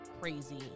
crazy